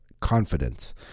confidence